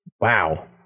Wow